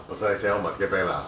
my personal accident must get back ah